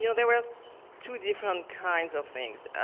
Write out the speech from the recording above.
you know there were two different kinds of things,